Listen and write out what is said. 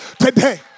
today